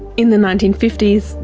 in the nineteen fifty s,